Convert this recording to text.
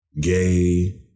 Gay